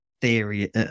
theory